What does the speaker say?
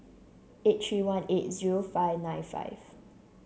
eight three one eight zero five nine five